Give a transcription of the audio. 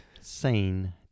sane